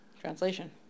translation